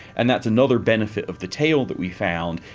and that's another benefit of the tail that we found,